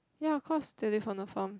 ya cause they live on the farm